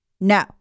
No